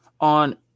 on